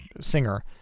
singer